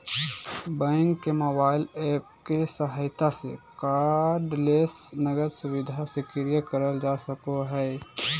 bank के mobile app के सहायता से कार्डलेस नकद सुविधा सक्रिय करल जा सको हय